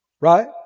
Right